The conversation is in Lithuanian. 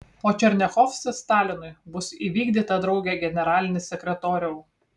o černiachovskis stalinui bus įvykdyta drauge generalinis sekretoriau